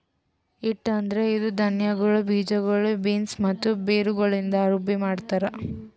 ಹಿಟ್ಟು ಅಂದುರ್ ಇದು ಧಾನ್ಯಗೊಳ್, ಬೀಜಗೊಳ್, ಬೀನ್ಸ್ ಮತ್ತ ಬೇರುಗೊಳಿಂದ್ ರುಬ್ಬಿ ಮಾಡ್ತಾರ್